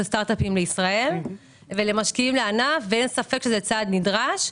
סטארט אפים לישראל ולמשקיעים לענף ואין ספק שזה צעד נדרש.